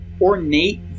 ornate